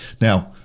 Now